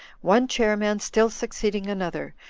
one chairman still succeeding another,